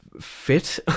fit